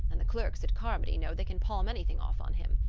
and the clerks at carmody know they can palm anything off on him.